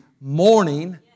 morning